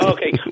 Okay